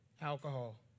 alcohol